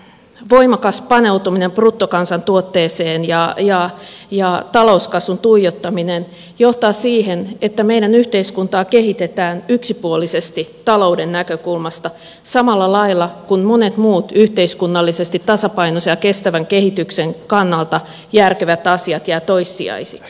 voimakas paneutuminen bruttokansantuotteeseen ja talouskasvun tuijottaminen johtaa siihen että meidän yhteiskuntaamme kehitetään yksipuolisesti talouden näkökulmasta samalla lailla kun monet muut yhteiskunnallisesti tasapainoisen ja kestävän kehityksen kannalta järkevät asiat jäävät toissijaisiksi